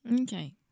Okay